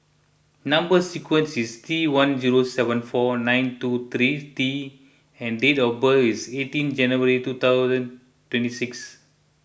Number Sequence is T one zero seven four nine two three T and date of birth is eighteen January two thousand twenty six